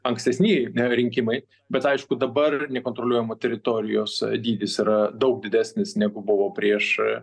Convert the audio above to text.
ankstesnieji rinkimai bet aišku dabar nekontroliuojamų teritorijos dydis yra daug didesnis negu buvo prieš